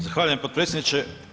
Zahvaljujem potpredsjedniče.